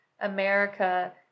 America